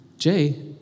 Jay